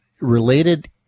related